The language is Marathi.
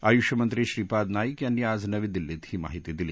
आयुष मंत्री श्रीपाद नाईक यांनी आज नवी दिल्लीत ही माहिती दिली